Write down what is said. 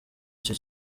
icyo